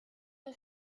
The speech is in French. est